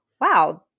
wow